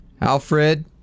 Alfred